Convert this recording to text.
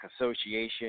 Association